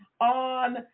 on